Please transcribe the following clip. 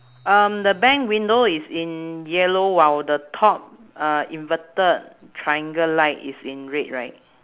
um the bank window is in yellow while the top uh inverted triangle light is in red right